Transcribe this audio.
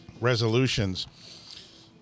Resolutions